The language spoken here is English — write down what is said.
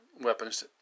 weapons